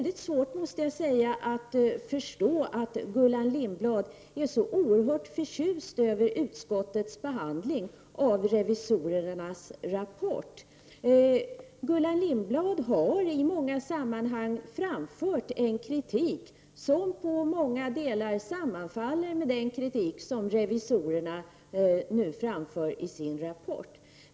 Jag har mycket svårt att förstå att Gullan Lindblad är så oerhört förtjust över utskottets behandling av revisorernas rapport. Gullan Lindblad har i många sammanhang framfört en kritik, som i många delar sammanfaller med den kritik som revisorerna nu framför i sin rapport.